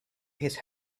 his